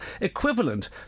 equivalent